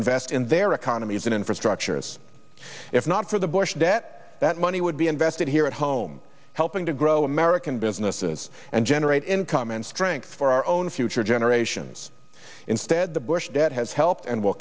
invest in their economies and infrastructures if not for the bush debt that money would be invested here at home helping to grow american businesses and generate income and strength for our own future generations instead the bush debt has helped and will